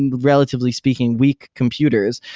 and relatively speaking, week computers,